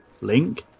link